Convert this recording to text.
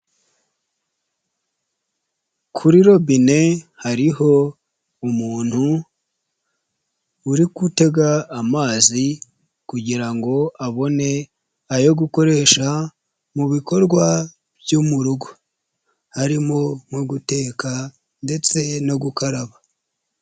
Kuri robine hariho umuntu uri gutega amazi kugira ngo abone ayo gukoresha mu bikorwa byo mu rugo, harimo nko guteka ndetse no gukaraba.